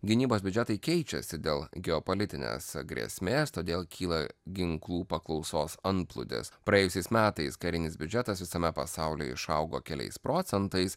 gynybos biudžetai keičiasi dėl geopolitinės grėsmės todėl kyla ginklų paklausos antplūdis praėjusiais metais karinis biudžetas visame pasaulyje išaugo keliais procentais